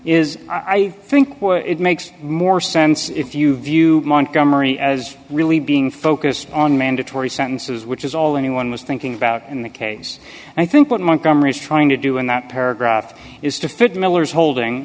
is i think it makes more sense if you view montgomery as really being focused on mandatory sentences which is all anyone was thinking about in the case and i think what montgomery is trying to do in that paragraph is to fit miller's holding